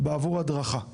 בעבור הדרכה.